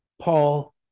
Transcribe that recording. Paul